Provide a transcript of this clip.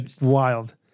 Wild